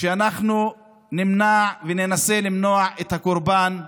שאנחנו נמנע, ננסה למנוע, את הקורבן הבא.